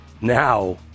now